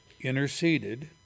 interceded